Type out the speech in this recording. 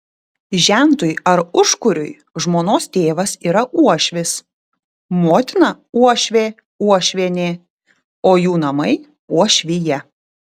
žentui ar užkuriui žmonos tėvas yra uošvis motina uošvė uošvienė o jų namai uošvija